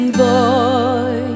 boy